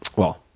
well,